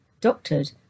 doctored